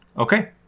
Okay